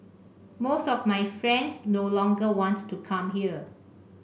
most of my friends no longer wants to come here